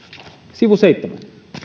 sivu seitsemän